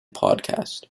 podcast